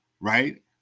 right